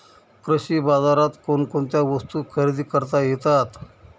कृषी बाजारात कोणकोणत्या वस्तू खरेदी करता येतात